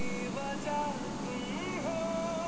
কিভাবে শশা কম সময়ে বড় করতে পারব?